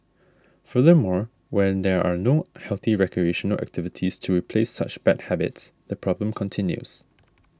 furthermore when there are no healthy recreational activities to replace such bad habits the problem continues